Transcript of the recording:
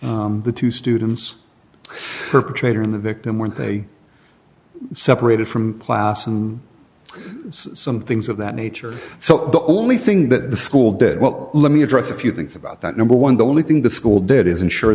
the two students perpetrator in the victim when they separated from class and some things of that nature so the only thing that the school did well let me address a few things about that number one the only thing the school did is ensure